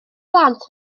blant